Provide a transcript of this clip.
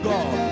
God